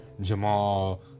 Jamal